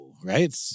Right